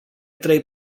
trei